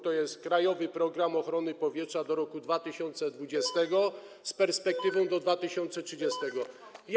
To jest „Krajowy program ochrony powietrza do roku 2020 z perspektywą do 2030”